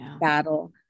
battle